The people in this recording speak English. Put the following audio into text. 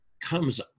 comes